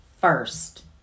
first